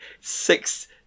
six